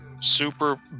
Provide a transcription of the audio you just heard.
Super